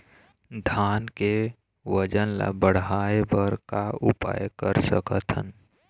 धान के वजन ला बढ़ाएं बर का उपाय कर सकथन?